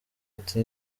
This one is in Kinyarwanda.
ati